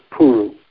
Puru